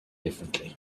differently